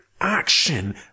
action